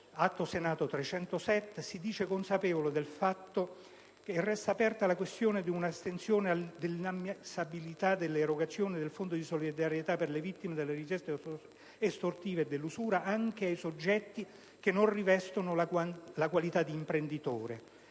giustizia si dice consapevole del fatto che resta aperta la questione di un'estensione dell'ammissibilità dell'erogazione del Fondo di solidarietà per le vittime delle richieste estortive e dell'usura anche ai soggetti che non rivestono la qualità di imprenditore.